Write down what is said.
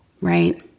Right